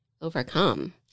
overcome